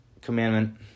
commandment